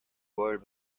world